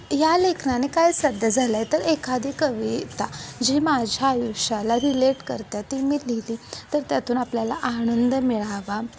या लेखनाने काय साध्य झालं आहे तर एखादी कविता जी माझ्या आयुष्याला रिलेट करते आहे ती मी लिहिली तर त्यातून आपल्याला आनंद मिळावा